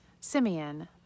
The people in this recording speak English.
Simeon